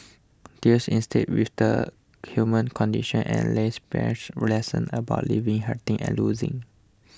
deals instead with the human condition and lays bare lessons about living hurting and losing